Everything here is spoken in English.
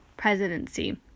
presidency